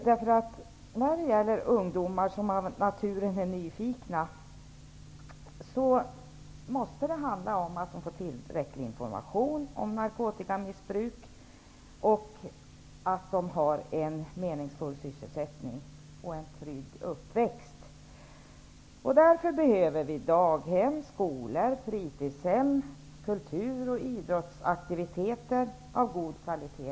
När det gäller ungdomar som av naturen är nyfikna måste det handla om att de får tillräcklig information om narkotikamissbruk och att de har en meningsfull sysselsättning och en trygg uppväxt. Därför behöver vi daghem, skolor, fritidshem, kultur och idrottsaktiviteter av god kvalitet.